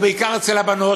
ובעיקר אצל הבנות,